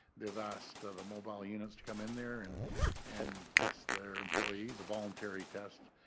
they have asked ah the mobile units to come in there and and test their employees. a voluntary test,